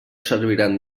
serviran